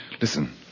Listen